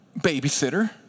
babysitter